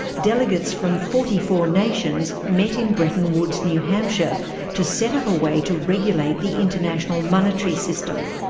delegates from forty four nations met in bretton woods, new hampshire to set up a way to regulate the international monetary system.